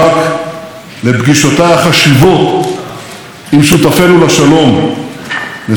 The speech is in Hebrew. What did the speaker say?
נשיא מצרים עבד אל-פתאח א-סיסי ומלך ירדן עבדאללה.